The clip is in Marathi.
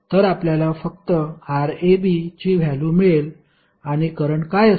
तर आपल्याला फक्त Rab ची व्हॅल्यु मिळेल आणि करंट काय असेल